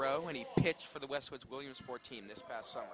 row any pitch for the west which williams fourteen this past summer